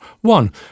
One